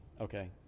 Okay